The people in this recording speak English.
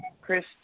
Chris